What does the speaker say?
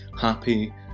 happy